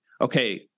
okay